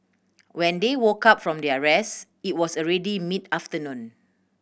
when they woke up from their rest it was already mid afternoon